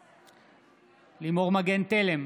בעד לימור מגן תלם,